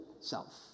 self